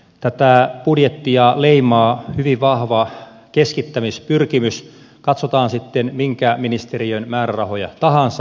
tätä budjettia leimaa hyvin vahva keskittämispyrkimys katsotaan sitten minkä ministeriön määrärahoja tahansa